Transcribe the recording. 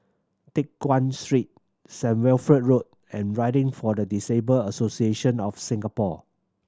Teck Guan Street Saint Wilfred Road and Riding for the Disabled Association of Singapore